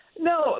No